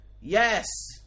yes